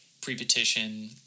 pre-petition